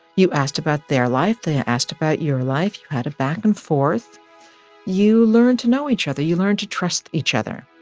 you asked about their life they ah asked about your life. you had a back-and-forth. you learn to know each other. you learn to trust each other.